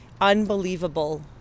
unbelievable